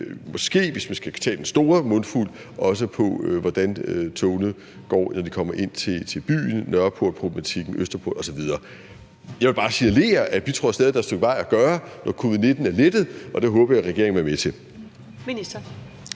også, hvis man skal tage den store mundfuld, på, hvordan togene går, når de kommer ind til byen: Nørreportproblematikken, Østerport osv. Jeg vil bare signalere, at vi stadig tror, der er et stykke vej at gå, når covid-19 er lettet. Og det håber jeg regeringen vil være med til. Kl.